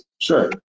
Sure